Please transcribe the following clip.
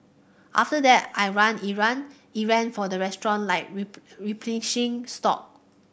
after that I run errand errand for the restaurant like replenish stock